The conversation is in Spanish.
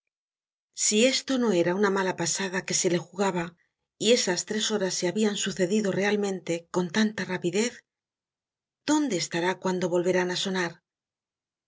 si esto no era una mala pasada que se le jugaba y esas tres horas se habian sucedido realmente con tanta rapidez dónde estará cuando volverán á sonar